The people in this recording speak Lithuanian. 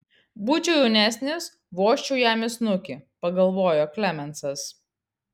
būčiau jaunesnis vožčiau jam į snukį pagalvojo klemensas